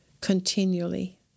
continually